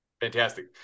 Fantastic